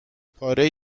پاره